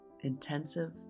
Intensive